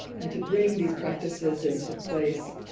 and to bring these practices into place,